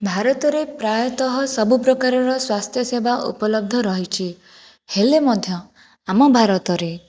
ଭାରତରେ ପ୍ରାୟତଃ ସବୁପ୍ରକାରର ସ୍ୱାସ୍ଥ୍ୟସେବା ଉପଲବ୍ଧ ରହିଛି ହେଲେ ମଧ୍ୟ ଆମ ଭାରତରେ